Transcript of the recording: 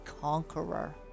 conqueror